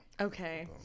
Okay